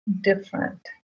different